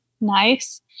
nice